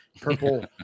purple